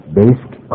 based